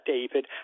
David